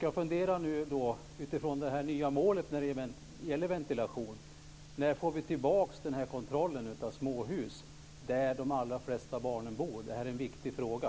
Jag undrar med anledning av det nya målet för ventilationen när vi kommer att få tillbaka den här kontrollen av småhus, där ju de allra flesta av barnen bor. Det här är en viktig fråga.